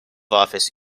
office